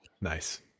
Nice